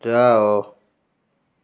ଯାଅ